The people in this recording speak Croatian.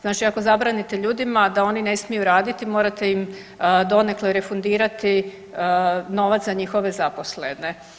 Znači, ako zabranite ljudima da oni ne smiju raditi morate im donekle refundirati novac za njihove zaposlene.